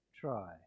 try